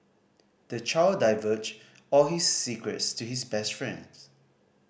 the child divulged all his secrets to his best friend